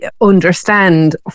understand